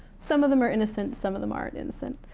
some of them are innocent. some of them aren't innocent.